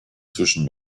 zwischen